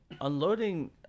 Unloading